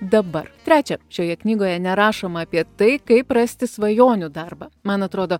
dabar trečia šioje knygoje nerašoma apie tai kaip rasti svajonių darbą man atrodo